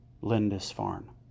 Lindisfarne